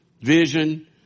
vision